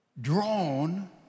drawn